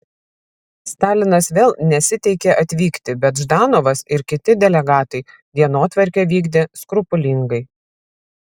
stalinas vėl nesiteikė atvykti bet ždanovas ir kiti delegatai dienotvarkę vykdė skrupulingai